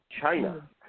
China